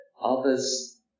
others